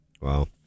Wow